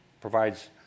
provides